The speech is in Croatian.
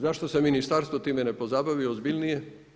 Zašto se Ministarstvo time ne pozabavi ozbiljnije?